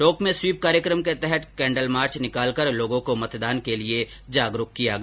टोंक में स्वीप कार्यक्रम के तहत कैंडल मार्च निकाल कर लोगों को मतदान के लिए जागरुक किया गया